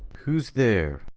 who's there?